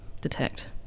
detect